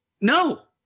no